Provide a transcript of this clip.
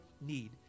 need